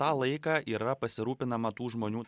tą laiką yra pasirūpinama tų žmonių